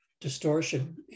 distortion